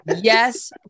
Yes